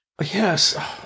Yes